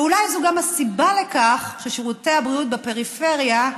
ואולי זו גם הסיבה לכך ששירותי הבריאות בפריפריה,